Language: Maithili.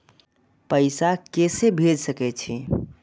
पैसा के से भेज सके छी?